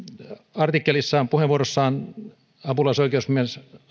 artikkelissaan puheenvuorossaan apulaisoikeusasiamies